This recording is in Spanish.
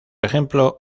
ejemplo